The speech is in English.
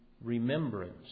remembrance